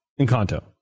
Encanto